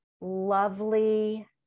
lovely